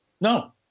No